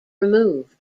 removed